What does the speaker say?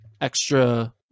extra